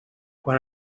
quan